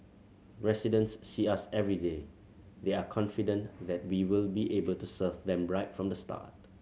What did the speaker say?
residents see us everyday they are confident that be will be able to serve them right from the start